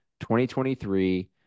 2023